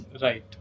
Right